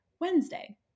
Wednesday